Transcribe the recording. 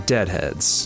Deadheads